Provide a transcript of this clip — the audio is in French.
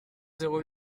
zéro